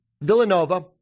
Villanova